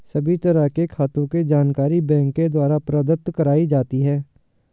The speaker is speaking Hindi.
सभी तरह के खातों के जानकारी बैंक के द्वारा प्रदत्त कराई जाती है